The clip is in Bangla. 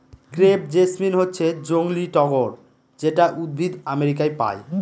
ক্রেপ জেসমিন হচ্ছে জংলী টগর যেটা উদ্ভিদ আমেরিকায় পায়